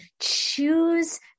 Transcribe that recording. choose